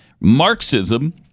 Marxism